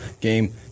game